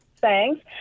thanks